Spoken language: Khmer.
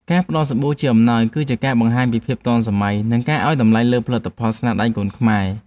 ការផ្តល់សាប៊ូជាអំណោយគឺជាការបង្ហាញពីភាពទាន់សម័យ និងការឱ្យតម្លៃលើផលិតផលស្នាដៃកូនខ្មែរ។